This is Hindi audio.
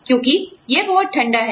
क्योंकि यह बहुत ठंडा है